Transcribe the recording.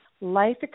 Life